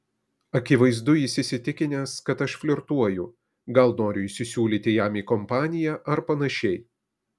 akivaizdu jis įsitikinęs kad aš flirtuoju gal noriu įsisiūlyti jam į kompaniją ar panašiai